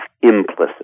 implicit